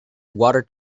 water